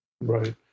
Right